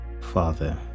Father